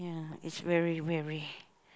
is very very